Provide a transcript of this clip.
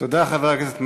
תודה, חבר הכנסת מרגי.